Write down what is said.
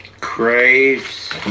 Craves